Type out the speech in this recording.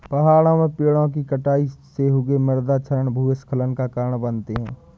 पहाड़ों में पेड़ों कि कटाई से हुए मृदा क्षरण भूस्खलन का कारण बनते हैं